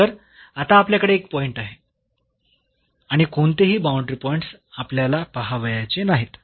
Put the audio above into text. तर आता आपल्याकडे एक पॉईंट आहे आणि कोणतेही बाऊंडरी पॉईंट्स आपल्याला पहावयाचे नाहीत